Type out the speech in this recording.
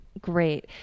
Great